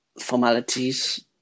formalities